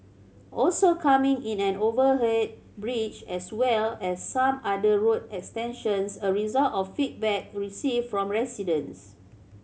also coming is an overhead bridge as well as some other road extensions a result of feedback received from residents